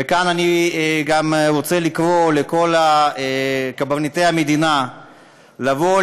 וכאן אני גם רוצה לקרוא לכל קברניטי המדינה לבוא,